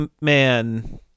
man